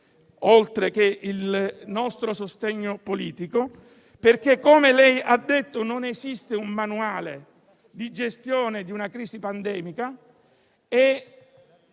oltre che il nostro sostegno politico, perché - come lei ha detto - non esiste un manuale di gestione di una crisi pandemica.